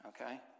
okay